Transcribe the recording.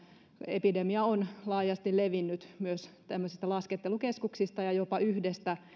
epidemia on laajasti levinnyt myös tämmöisistä laskettelukeskuksista ja jopa yhdestä